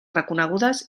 reconegudes